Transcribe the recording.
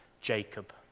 Jacob